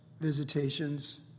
visitations